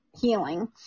healing